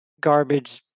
garbage